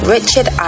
Richard